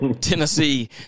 Tennessee